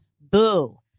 Boo